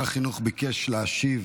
שר החינוך ביקש להשיב